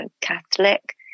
Catholic